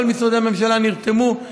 כל משרדי הממשלה נרתמו,